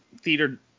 theater